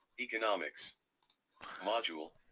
economics module.